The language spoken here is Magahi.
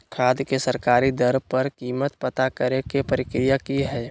खाद के सरकारी दर पर कीमत पता करे के प्रक्रिया की हय?